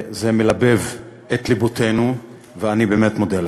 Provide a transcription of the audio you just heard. זה מלבב את לבותינו, ואני באמת מודה לך.